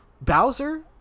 Bowser